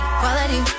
quality